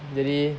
jadi